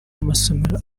amasomero